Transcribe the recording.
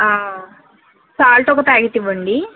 salt ఒక packet ఇవ్వండి